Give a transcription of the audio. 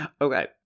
okay